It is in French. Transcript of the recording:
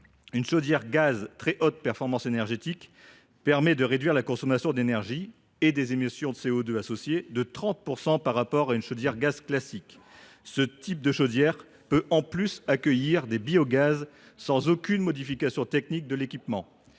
d’une chaudière au gaz à très haute performance énergétique permet de réduire la consommation d’énergie et les émissions de CO2 associées de 30 % par rapport à une chaudière à gaz classique. Ce type de chaudière peut en outre accueillir des biogaz sans qu’aucune modification technique de l’équipement